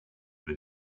that